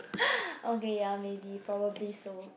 okay ya maybe probably so